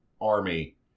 Army